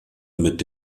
mit